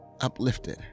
uplifted